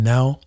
now